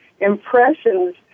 impressions